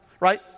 Right